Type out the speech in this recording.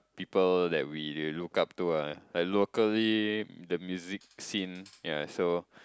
people that we they look up to ah like locally the music scene ya so